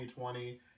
2020